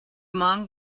monk